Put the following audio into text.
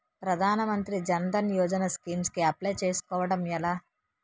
ప్రధాన మంత్రి జన్ ధన్ యోజన స్కీమ్స్ కి అప్లయ్ చేసుకోవడం ఎలా?